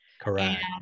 Correct